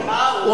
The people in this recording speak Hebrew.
כמטאפורה.